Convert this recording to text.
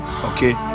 okay